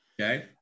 okay